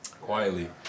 Quietly